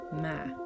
ma